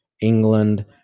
England